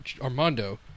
Armando